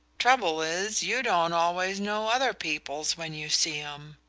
trouble is you don't always know other people's when you see em.